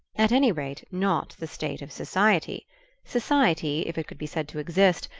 at any rate, not the state of society society, if it could be said to exist,